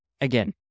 Again